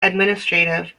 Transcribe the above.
administrative